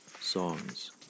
Songs